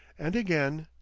and again,